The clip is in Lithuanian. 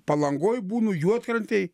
palangoj būnu juodkrantėj